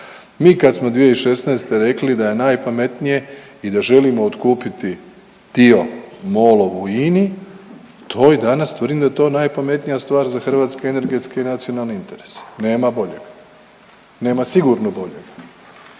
Mi kad smo 2016. rekli da je najpametnije i da želimo otkupiti dio MOL-ov u INI to i danas tvrdim da je to najpametnija stvar za hrvatske energetske i nacionalne interese, nema boljega, nema sigurno boljega.